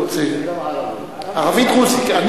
ערבי דרוזי.